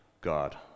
God